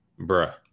Bruh